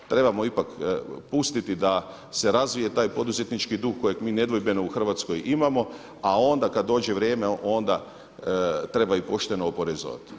Trebamo ipak pustiti da se razvije taj poduzetnički duh kojeg mi nedvojbeno u Hrvatskoj imamo, a onda kada dođe vrijeme onda treba i pošteno i oporezovati.